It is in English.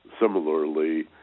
similarly